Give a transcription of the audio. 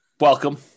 Welcome